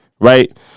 Right